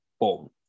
Boom